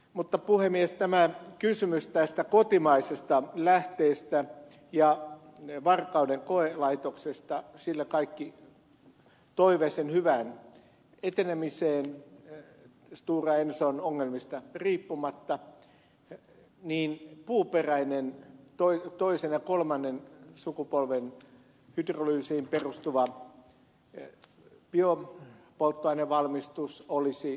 mutta puhemies tässä kysymyksessä tästä kotimaisesta lähteestä ja varkauden koelaitoksesta sille kaikki toive sen hyvästä etenemisestä stora enson ongelmista riippumatta puuperäinen toisen ja kolmannen sukupolven hydrolyysiin perustuva biopolttoainevalmistus olisi avain